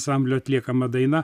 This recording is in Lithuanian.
ansamblio atliekama daina